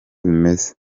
bimeze